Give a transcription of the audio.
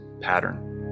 pattern